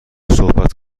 صحبت